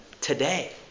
today